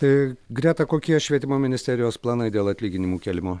tai greta kokie švietimo ministerijos planai dėl atlyginimų kėlimo